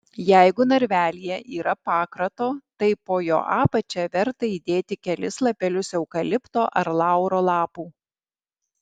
jeigu narvelyje yra pakrato tai po jo apačia verta įdėti kelis lapelius eukalipto ar lauro lapų